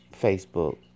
Facebook